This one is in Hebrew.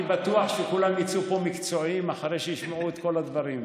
אני בטוח שכולם יצאו פה מקצועיים אחרי שישמעו את כל הדברים.